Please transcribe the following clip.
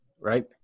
Right